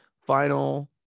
final